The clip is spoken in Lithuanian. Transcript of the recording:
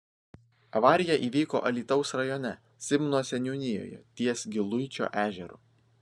avarija įvyko alytaus rajone simno seniūnijoje ties giluičio ežeru